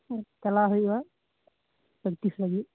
ᱪᱟᱞᱟᱣ ᱦᱩᱭᱩᱜ ᱟ ᱯᱨᱮᱠᱴᱤᱥ ᱞᱟ ᱜᱤᱫ